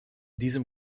diesem